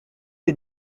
des